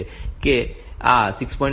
તેથી તે આ 6